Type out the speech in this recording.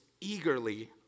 eagerly